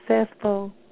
successful